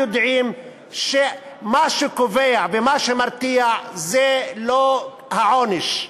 יודעים שמה שקובע ומה שמרתיע זה לא העונש,